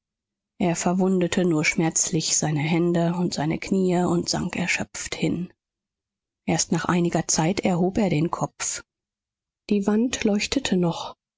er verwundete nur schmerzlich seine hände und seine kniee und sank erschöpft hin erst nach einiger zeit erhob er den kopf die wand leuchtete noch